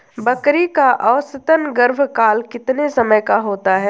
बकरी का औसतन गर्भकाल कितने समय का होता है?